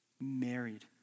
married